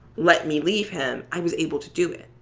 let me leave him i was able to do it.